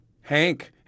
Hank